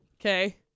Okay